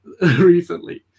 recently